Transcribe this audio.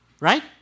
right